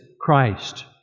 Christ